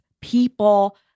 people